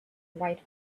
white